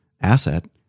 asset